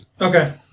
Okay